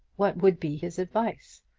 what would be his advice?